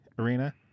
Arena